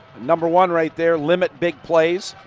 number one right there, limit big plays.